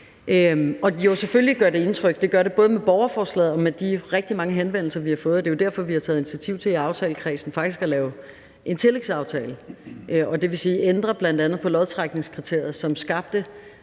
gør det indtryk. Det gør det både med borgerforslaget og med de rigtig mange henvendelser, vi har fået. Det er jo derfor, vi har taget initiativ til i aftalekredsen faktisk at lave en tillægsaftale, dvs. ændre bl.a. på lodtrækningskriteriet, som rigtig